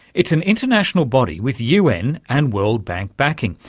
it's an international body with un and world bank backing,